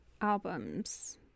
albums